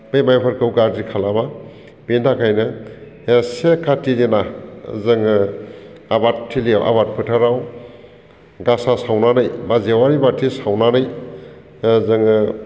बे माइफोरखौ गाज्रि खालामा बेनि थाखायनो से कातिनि दिना जोङो आबादाथिलियाव आबाद फोथाराव गासा सावनानै एबा जेवारि बाथि सावनानै जोङो